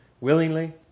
willingly